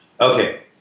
okay